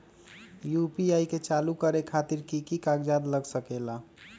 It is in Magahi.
यू.पी.आई के चालु करे खातीर कि की कागज़ात लग सकेला?